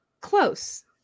Close